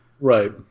Right